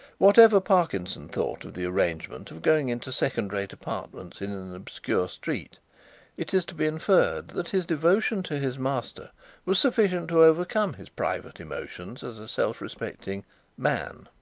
whatever parkinson thought of the arrangement of going into second-rate apartments in an obscure street it is to be inferred that his devotion to his master was sufficient to overcome his private emotions as a self-respecting man.